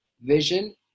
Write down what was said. vision